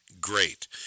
great